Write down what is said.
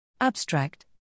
Abstract